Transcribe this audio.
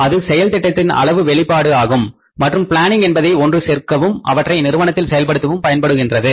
அது செயல் திட்டத்தின் அளவு வெளிப்பாடு ஆகும் மற்றும் பிளானிங் என்பதை ஒன்று சேர்க்கவும் அவற்றை நிறுவனத்தில் செயல்படுத்தவும் பயன்படுகின்றது